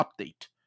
update